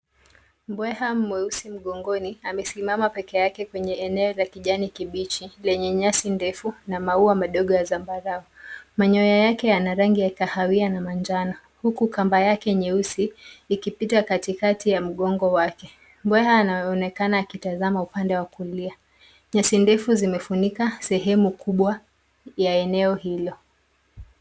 Mbweha mweusi mgongoni amesimama peke yake kwenye eneo la kijani kibichi lenye nyasi ndefu na maua madogo ya zambarau. Manyoya yake yana rangi ya kahawia na manjano huku kamba yake nyeusi likipita katikati ya mgongo wake. Mbweha anaonekana akitazama upande wa kulia. Nyasi ndefu zimefunika sehemu kubwa ya eneo hilo.